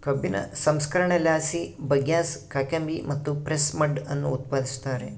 ಕಬ್ಬಿನ ಸಂಸ್ಕರಣೆಲಾಸಿ ಬಗ್ಯಾಸ್, ಕಾಕಂಬಿ ಮತ್ತು ಪ್ರೆಸ್ ಮಡ್ ಅನ್ನು ಉತ್ಪಾದಿಸುತ್ತಾರೆ